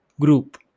group